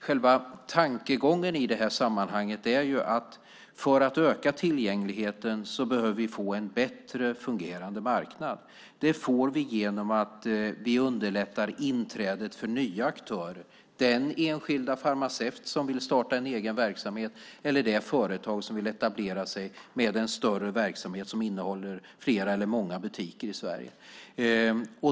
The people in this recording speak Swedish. Själva tankegången i det här sammanhanget är att vi för att öka tillgängligheten behöver få en bättre fungerande marknad. Det får vi genom att vi underlättar inträdet för nya aktörer, till exempel den enskilda farmaceut som vill starta en egen verksamhet eller det företag som vill etablera sig med en större verksamhet som omfattar flera eller många butiker i Sverige.